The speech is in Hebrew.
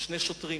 שני שוטרים